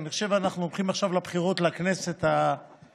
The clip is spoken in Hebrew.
אני חושב שאנחנו הולכים עכשיו לבחירות לכנסת העשירית.